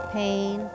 pain